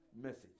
message